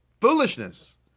foolishness